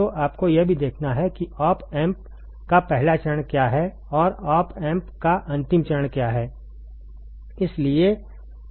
तो आपको यह भी देखना है कि ऑप एम्प् का पहला चरण क्या है और ऑप एम्प् का अंतिम चरण क्या है